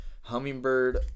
Hummingbird